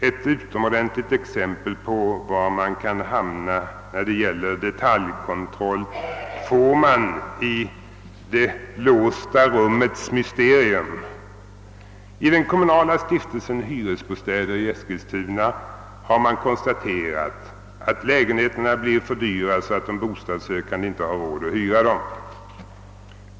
Ett utomordentligt exempel på var man kan hamna när det gäller detaljkontroll, får man i »Det låsta rummets mysterium». I den kommunala stiftelsen Hyresbostäder i Eskilstuna har man konstaterat, att lägenheterna blir så dyra att de bostadssökande inte har råd att hyra dem.